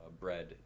bread